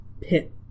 pit